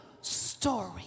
story